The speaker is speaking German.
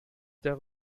der